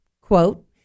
Quote